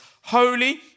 holy